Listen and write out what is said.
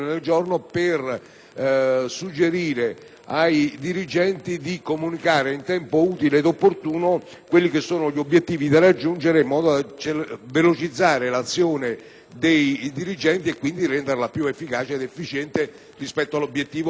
suggerire di comunicare in tempo utile ed opportuno gli obiettivi da raggiungere in modo da velocizzare l'azione dei dirigenti e quindi renderla più efficace ed efficiente rispetto all'obiettivo che la stessa amministrazione si dà.